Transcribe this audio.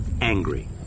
angry